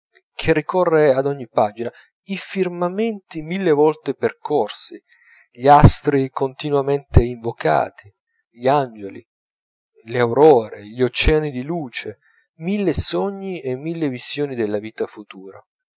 che ricorre ad ogni pagina i firmamenti mille volte percorsi gli astri continuamente invocati gli angeli le aurore gli oceani di luce mille sogni e mille visioni della vita futura